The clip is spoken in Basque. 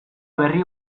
berri